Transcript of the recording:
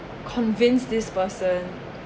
convinced this person